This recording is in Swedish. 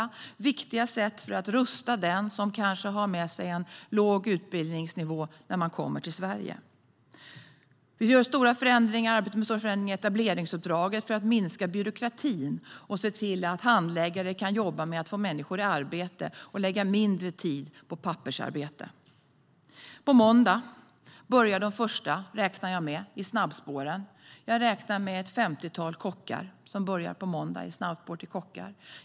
Det är viktigt för att rusta dem som kanske har en låg utbildningsnivå när de kommer till Sverige. Vi arbetar med stora förändringar i etableringsuppdraget för att minska byråkratin och se till att handläggare kan jobba med att få människor i arbete och kan lägga mindre tid på pappersarbete. På måndag räknar jag med att de första börjar i snabbspåren. Jag räknar med att ett femtiotal kockar börjar på måndag i ett snabbspår för kockar.